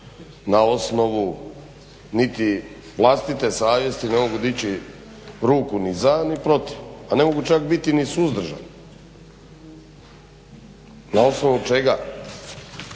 na osnovu niti vlastite savjesti ne mogu dići ruku ni za ni protiv. Pa ne mogu čak biti ni suzdržan. Na osnovu čega?